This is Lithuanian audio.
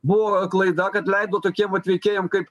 buvo klaida kad leido tokiem vat veikėjam kaip